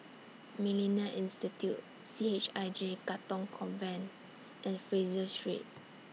Millennia Institute C H I J Katong Convent and Fraser Street